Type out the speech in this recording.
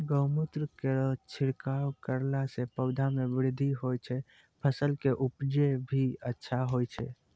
गौमूत्र केरो छिड़काव करला से पौधा मे बृद्धि होय छै फसल के उपजे भी अच्छा होय छै?